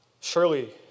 surely